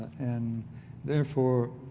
and therefore,